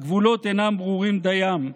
הגבולות אינם ברורים דיים,